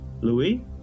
Louis